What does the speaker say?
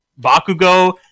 Bakugo